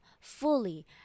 fully